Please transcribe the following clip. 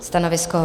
Stanovisko?